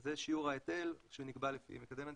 זה שיעור ההיטל שנקבע לפי מקדם היטל.